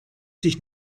sich